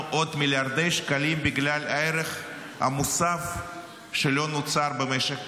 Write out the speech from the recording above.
עוד מיליארדי שקלים בגלל הערך המוסף שלא נוצר במשק